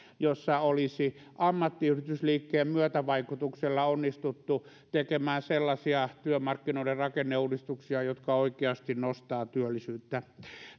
jossa olisi ammattiyhdistysliikkeen myötävaikutuksella onnistuttu tekemään sellaisia työmarkkinoiden rakenneuudistuksia jotka oikeasti nostavat työllisyyttä